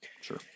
Sure